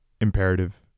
imperative